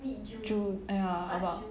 june ya about